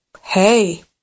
hey